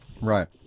Right